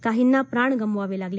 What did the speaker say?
काहींना प्राण गमवावे लागले